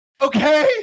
Okay